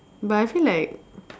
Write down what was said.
but I feel like